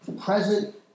present